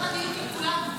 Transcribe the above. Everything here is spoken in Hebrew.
מהמדרגה הראשונה.